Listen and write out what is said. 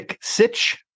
Sitch